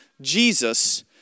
Jesus